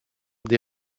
des